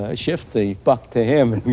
ah shift the buck to him,